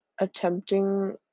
attempting